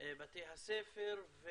בתי הספר,